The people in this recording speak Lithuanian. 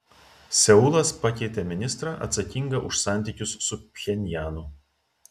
seulas pakeitė ministrą atsakingą už santykius su pchenjanu